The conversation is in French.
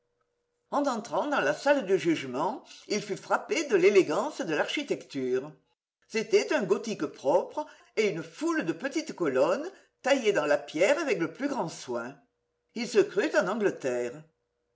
en entrant dans la salle du jugement il fut frappé de l'élégance de l'architecture c'était un gothique propre et une foule de jolies petites colonnes taillées dans la pierre avec le plus grand soin il se crut en angleterre